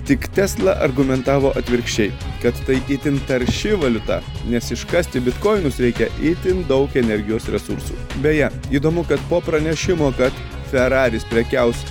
tik tesla argumentavo atvirkščiai kad tai itin tarši valiuta nes iškasti bitkoinus reikia itin daug energijos resursų beje įdomu kad po pranešimo kad feraris prekiaus